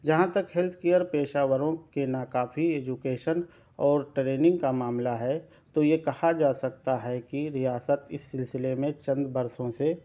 جہاں تک health care پیشہ وروں کے ناکافی ایجوکیشن اور ٹریننگ کا معاملہ ہے تو یہ کہا جا سکتا ہے کہ ریاست اس سلسلے میں چند برسوں سے